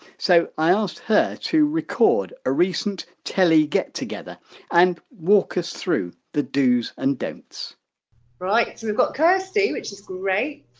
so i asked her to record a recent telly get together and walk us through the dos and don'ts right, so we've got kirsty which is great.